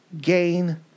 gain